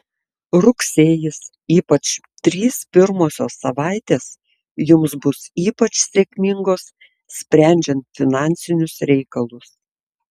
rugsėjis ypač trys pirmosios savaitės jums bus ypač sėkmingos sprendžiant finansinius reikalus